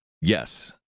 Yes